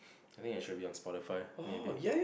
I think it should be on Spotify maybe